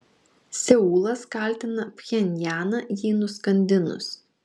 seulas kaltina pchenjaną jį nuskandinus